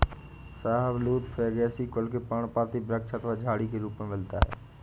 शाहबलूत फैगेसी कुल के पर्णपाती वृक्ष अथवा झाड़ी के रूप में मिलता है